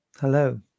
hello